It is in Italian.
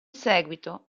seguito